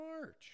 March